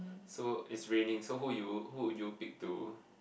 so is raining so who you who you pick to